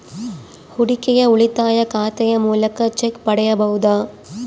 ಹೂಡಿಕೆಯ ಉಳಿತಾಯ ಖಾತೆಯ ಮೂಲಕ ಚೆಕ್ ಪಡೆಯಬಹುದಾ?